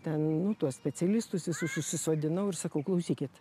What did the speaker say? ten nu tuos specialistus visus susisodinau ir sakau klausykit